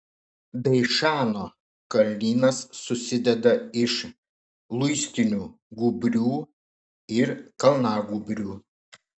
beišano kalnynas susideda iš luistinių gūbrių ir kalnagūbrių